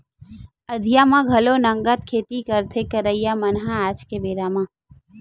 अंधिया म घलो नंगत खेती करथे करइया मन ह आज के बेरा म